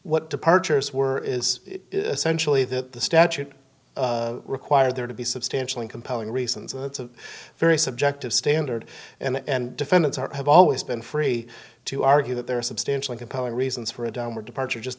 what departures were is essentially that the statute requires there to be substantially compelling reasons and that's a very subjective standard and defendants are have always been free to argue that there are substantially compelling reasons for a downward departure just